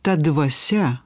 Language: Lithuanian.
ta dvasia